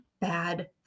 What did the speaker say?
bad